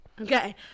Okay